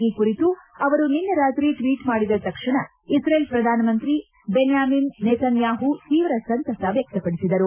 ಈ ಕುರಿತು ಅವರು ನಿನ್ನೆ ರಾತ್ರಿ ಟ್ಲೀಟ್ ಮಾಡಿದ ತಕ್ಷಣ ಇಸ್ರೇಲ್ ಪ್ರಧಾನಮಂತ್ರಿ ಬೆನ್ಯಾಮಿನ್ ನೇತಾನ್ಯಾಹು ತೀವ್ರ ಸಂತಸ ವ್ಯಕ್ತಪಡಿಸಿದರು